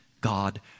God